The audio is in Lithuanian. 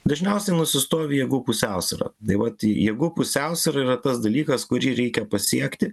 dažniausiai nusistovi jėgų pusiausvyra tai vat jėgų pusiausvyra yra tas dalykas kurį reikia pasiekti